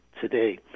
today